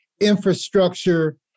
infrastructure